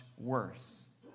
worse